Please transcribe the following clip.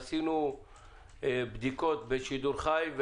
עשינו בדיקות בשידור חי,